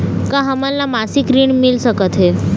का हमन ला मासिक ऋण मिल सकथे?